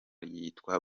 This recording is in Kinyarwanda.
yitwa